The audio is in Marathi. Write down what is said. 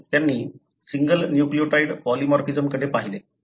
म्हणून त्यांनी सिंगल न्यूक्लियोटाइड पॉलिमॉर्फिझमकडे पाहिले